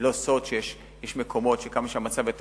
לא סוד שיש מקומות שבהם כמה שהמצב יותר